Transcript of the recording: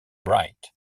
bright